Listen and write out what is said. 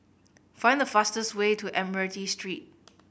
find the fastest way to Admiralty Street